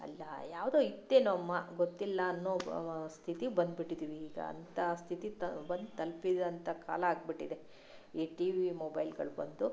ಅಲ್ಲ ಯಾವುದೋ ಇತ್ತೇನೋ ಅಮ್ಮ ಗೊತ್ತಿಲ್ಲ ಅನ್ನೋ ಸ್ಥಿತಿಗೆ ಬಂದ್ಬಿಟ್ಟಿದ್ದೇವೆ ಈಗ ಅಂಥ ಸ್ಥಿತಿಗೆ ತ ಬಂದು ತಲ್ಪಿದಂಥ ಕಾಲ ಆಗಿಬಿಟ್ಟಿದೆ ಈ ಟಿ ವಿ ಮೊಬೈಲ್ಗಳು ಬಂದು